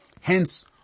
Hence